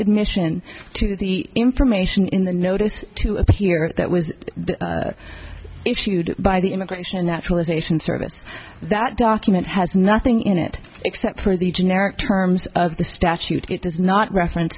submission to the information in the notice to appear that was issued by the immigration and naturalization service that document has nothing in it except for the generic terms of the statute it does not re